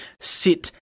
sit